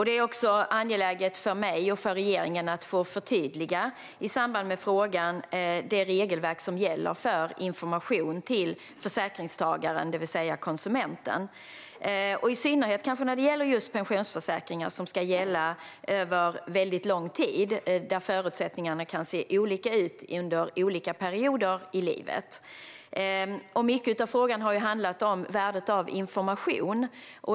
Det är också angeläget för mig och för regeringen att i samband med frågan få förtydliga det regelverk som gäller för information till försäkringstagaren, det vill säga konsumenten, i synnerhet när det gäller just pensionsförsäkringar som ska gälla över lång tid och där förutsättningarna kan se olika ut under olika perioder i livet. Mycket av frågan har handlat om värdet av information.